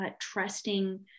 trusting